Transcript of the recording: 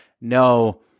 no